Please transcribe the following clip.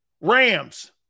Rams